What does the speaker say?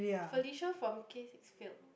Felicia from K six failed